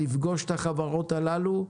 לפגוש את החברות הללו.